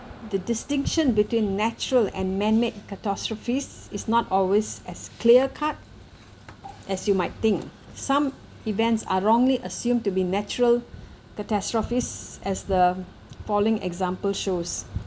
the distinction between natural and man-made catastrophes is not always as clear cut as you might think some events are wrongly assumed to be natural catastrophes as the following example shows